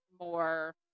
more